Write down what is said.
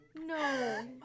No